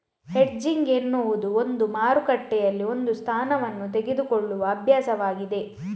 hedging ಎನ್ನುವುದು ಒಂದು ಮಾರುಕಟ್ಟೆಯಲ್ಲಿ ಒಂದು ಸ್ಥಾನವನ್ನು ತೆಗೆದುಕೊಳ್ಳುವ ಅಭ್ಯಾಸವಾಗಿದೆ